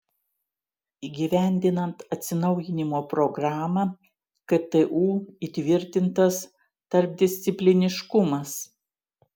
įgyvendinant atsinaujinimo programą ktu įtvirtintas tarpdiscipliniškumas